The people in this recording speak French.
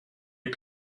est